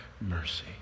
mercy